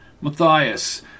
Matthias